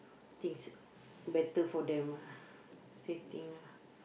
think it's better for them ah same thing lah